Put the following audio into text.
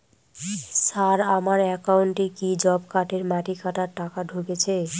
Sir আমার একাউন্টে কি জব কার্ডের মাটি কাটার টাকা ঢুকেছে?